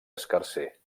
escarser